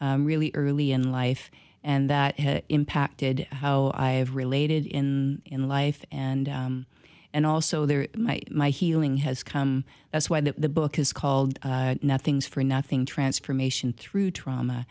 really early in life and that has impacted how i've related in in life and and also there my my healing has come that's why the book is called nothing's for nothing transformation through trauma